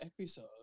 episode